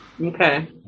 Okay